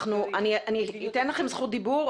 אני אתן לכם לדבר בהמשך,